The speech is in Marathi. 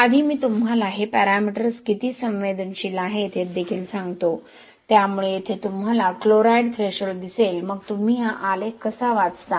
त्याआधी मी तुम्हाला हे पॅरामीटर्स किती संवेदनशील आहेत हे देखील सांगतो त्यामुळे येथे तुम्हाला क्लोराइड थ्रेशोल्ड दिसेल मग तुम्ही हा आलेख कसा वाचता